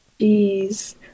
jeez